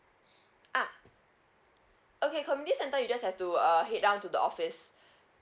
ah okay community centre you just have to err head down to the office